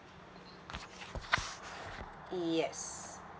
yes